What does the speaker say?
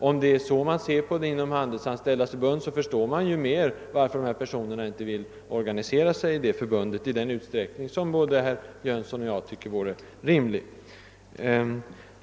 Om det är så man ser på saken inom Handelsanställdas förbund, så förstår jag bättre varför de som arbetar inom handeln inte vill organisera sig i det förbundet i den utsträckning som både herr Jönsson och jag tycker vore rimlig.